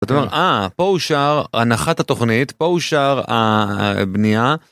‫זאת אומרת, אה, פה אושר ‫הנחת התוכנית, פה אושר הבנייה.